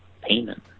payment